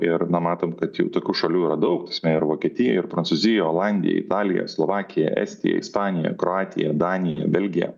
ir na matom kad jau tokių šalių yra daug ta prasme ir vokietija ir prancūzija olandija italija slovakija estija ispanija kroatija danija belgija